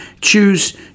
choose